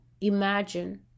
Imagine